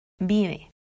vive